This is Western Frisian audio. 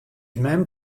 mem